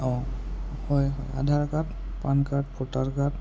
অঁ হয় হয় Aadhaar card PAN card voter card